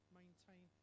maintain